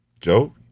joe